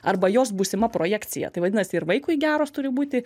arba jos būsima projekcija tai vadinasi ir vaikui geros turi būti